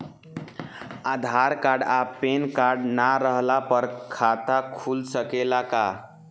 आधार card आ PAN card ना रहला पर खाता खुल सकेला का?